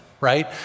right